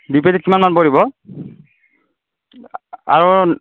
দুই পেটিত কিমান মান পৰিব আৰু